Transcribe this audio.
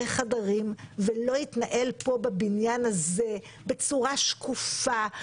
חדרים ולא יתנהל פה בבניין הזה בצורה שקופה,